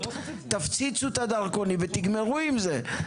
תפציצו את הדרכונים ותגמרו עם זה.